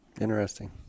Interesting